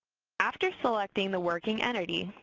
after selecting the working entity,